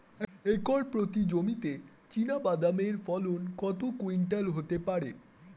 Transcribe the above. Acre প্রতি জমিতে চীনাবাদাম এর ফলন কত কুইন্টাল হতে পারে?